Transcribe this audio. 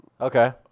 Okay